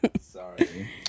Sorry